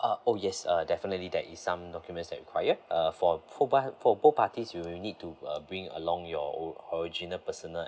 uh oh yes uh definitely there is some documents that require uh for both par~ for both parties you'll need to uh bring along your o~ original personal